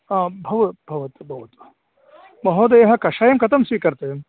आम् भवतु भवतु भवतु महोदयः कषायं कथं स्वीकर्तव्यं